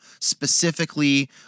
specifically